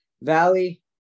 Valley